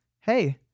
hey